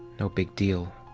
no big deal.